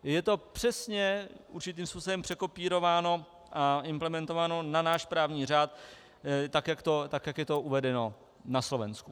Je to přesně určitým způsobem překopírováno a implementováno na náš právní řád, tak jak je to uvedeno na Slovensku.